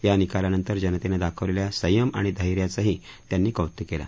या निकालानंतर जनतेनं दाखवलेल्या संयम आणि धैर्याचंही त्यांनी कौतुक केलं